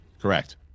Correct